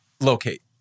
locate